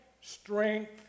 Strength